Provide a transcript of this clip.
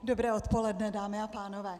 Dobré odpoledne, dámy a pánové.